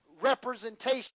representation